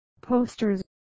posters